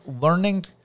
learning